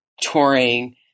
touring